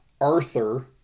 Arthur